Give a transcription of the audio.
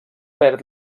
perd